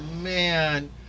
man